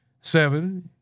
seven